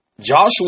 Joshua